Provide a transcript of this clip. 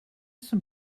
some